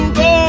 go